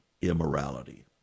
immorality